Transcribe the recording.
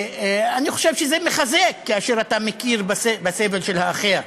אני חושב שזה מחזק, כאשר אתה מכיר בסבל של האחר.